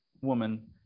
woman